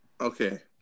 Okay